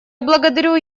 благодарю